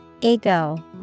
Ego